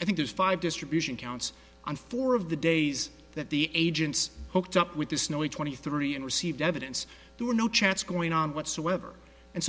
i think there's five distribution counts on four of the days that the agents hooked up with the snowy twenty three and received evidence there were no chance going on whatsoever and